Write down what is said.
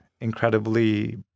incredibly